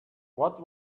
what